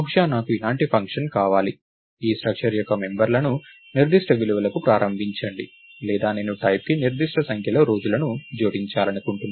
బహుశా నాకు ఇలాంటి ఫంక్షన్ కావాలి ఈ స్ట్రక్చర్ యొక్క మెంబర్లను నిర్దిష్ట విలువలకు ప్రారంభించండి లేదా నేను టైప్ కి నిర్దిష్ట సంఖ్యలో రోజులను జోడించాలనుకోవచ్చు